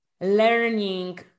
learning